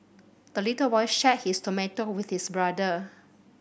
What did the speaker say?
the little boy shared his tomato with his brother